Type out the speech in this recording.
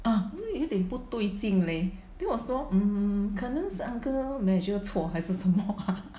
ah 因为有点不对劲 leh then 我说 mm 可能是 uncle measure 错还是什么啊